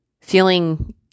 feeling